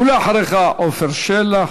אחריך, עפר שלח.